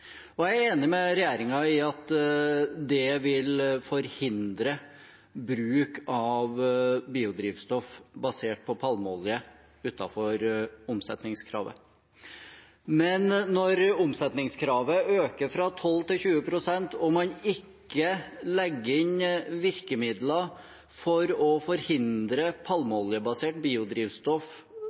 omsetningskravet. Jeg er enig med regjeringen i at det vil forhindre bruk av biodrivstoff basert på palmeolje utenfor omsetningskravet. Men når omsetningskravet øker fra 12 til 20 pst., og man ikke legger inn virkemidler for å forhindre at palmeoljebasert biodrivstoff